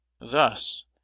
thus